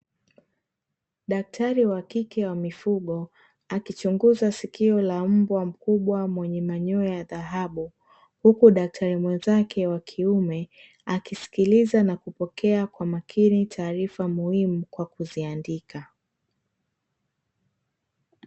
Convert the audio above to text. Daktari wa kike wa mifugo, akichunguza sikio la mbwa mkubwa mwenye manyoya ya dhahabu huku daktari mwenzake wa kiume akisikiliza na kupokea kwa makini taarifa muhimu kwa kuziandika.